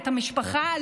את המשפחה,